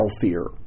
healthier